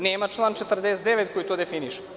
Nema član 49. koji to definiše.